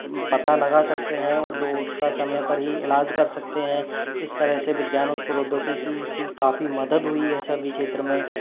पता लगा सकते हैं और जो उसका समय पर ही इलाज कर सकते हैं इस तरह से विज्ञान और प्रौद्योगिकी की काफ़ी मदद हुई है सभी क्षेत्र में